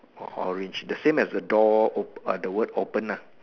or orange the same as the door op~ err the word open lah